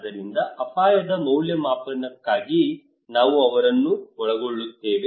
ಆದ್ದರಿಂದ ಅಪಾಯದ ಮೌಲ್ಯಮಾಪನಕ್ಕಾಗಿ ನಾವು ಅವರನ್ನು ಒಳಗೊಳ್ಳುತ್ತೇವೆ